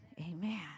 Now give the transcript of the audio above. Amen